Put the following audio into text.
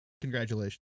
congratulations